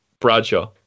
Bradshaw